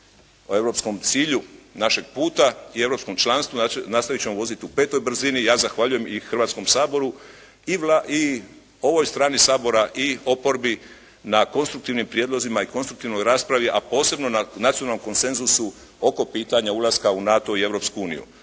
o europskom cilju našeg puta i europskom članstvu, nastaviti ćemo voziti u petoj brzini. Ja zahvaljujem Hrvatskom saboru i ovoj strani Sabora i oporbi na konstruktivnim prijedlozima i konstruktivnoj raspravi a posebno na nacionalnom konsenzusu oko pitanja ulaska u NATO i